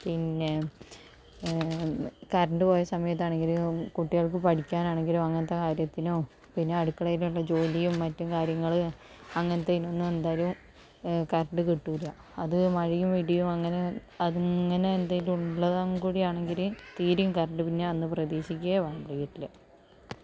പിന്നെ കറണ്ട് പോയ സമയത്താണെങ്കിൽ കുട്ടികൾക്ക് പഠിക്കാനാണെങ്കിലോ അങ്ങനത്തെ കാര്യത്തിനോ പിന്നെ അടുക്കളയിലുള്ള ജോലിയും മറ്റും കാര്യങ്ങൾ അങ്ങനത്തതിനൊന്നും എന്തായാലും കറണ്ട് കിട്ടില്ല അത് മഴയും ഇടിയും അങ്ങനെ അങ്ങനെ എന്തെങ്കിലും ഉള്ളതും കൂടി ആണെങ്കിൽ തീരെയും കറണ്ട് പിന്നെ അന്ന് പ്രതീക്ഷിക്കുകയേ വേണ്ട വീട്ടിൽ